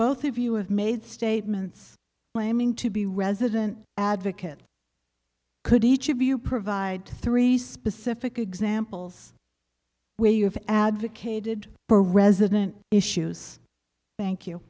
both of you have made statements claiming to be resident advocate could each of you provide three specific examples where you have advocated for resident issues thank you